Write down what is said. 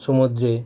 সমুদ্রে